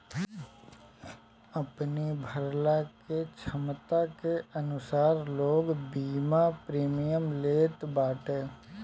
अपनी भरला के छमता के अनुसार लोग बीमा प्रीमियम लेत बाटे